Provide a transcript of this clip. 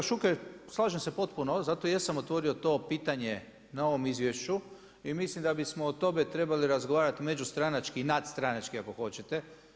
Kolega Šuker, slažem se potpuno, zato jesam otvorio to pitanje na ovom izvješću i mislim da bismo o tome trebali razgovarati međustranački i nadstranački, ako hoćete.